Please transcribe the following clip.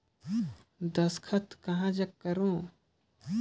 दस्खत कहा जग करो?